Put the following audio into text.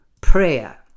prayer